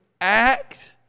act